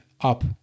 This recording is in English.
up